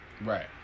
right